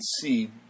see